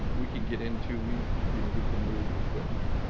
we can get into we you know we can move equipment.